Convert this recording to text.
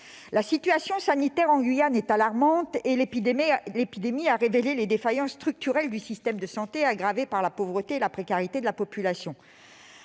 La situation sanitaire en Guyane est alarmante. L'épidémie a révélé les défaillances structurelles du système de santé, aggravées par la pauvreté et la précarité de la population.